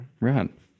Right